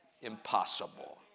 impossible